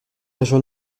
région